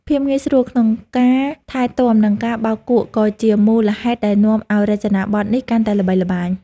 ភាពងាយស្រួលក្នុងការថែទាំ និងការបោកគក់ក៏ជាមូលហេតុដែលនាំឱ្យរចនាប័ទ្មនេះកាន់តែល្បីល្បាញ។